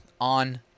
on